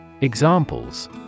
Examples